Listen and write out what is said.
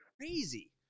Crazy